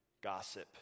gossip